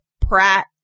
Pratt